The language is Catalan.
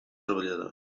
treballadors